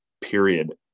period